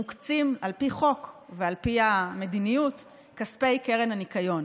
מוקצים על פי חוק ועל פי המדיניות כספי קרן הניקיון,